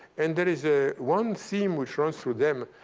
and there is ah one theme which runs through them,